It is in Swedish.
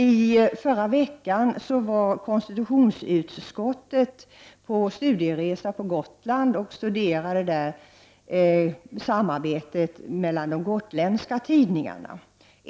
I förra veckan var konstitutionsutskottet på studieresa på Gotland och studerade där samarbetet mellan de gotländska tidningarna.